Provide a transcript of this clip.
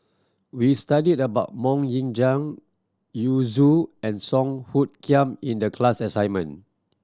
we studied about Mok Ying Jang Yu Zhuye and Song Hoot Kiam in the class assignment